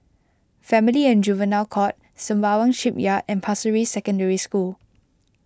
Family and Juvenile Court Sembawang Shipyard and Pasir Ris Secondary School